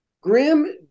grim